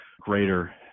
greater